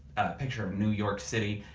a picture of new york city,